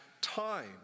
time